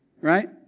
Right